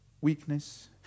Weakness